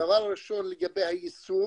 הדבר הראשון, לגבי היישום